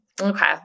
okay